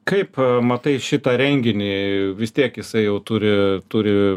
kaip matai šitą renginį vis tiek jisai jau turi turi